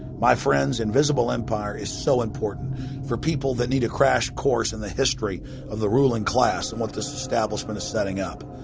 my friends, invisible empire is so important for people that need a crash course in the history of the ruling class and what this establishment is setting up.